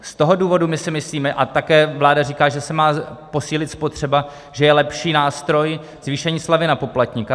Z toho důvodu my si myslíme, a také vláda říká, že se má posílit spotřeba, že je lepší nástroj zvýšení slevy na poplatníka.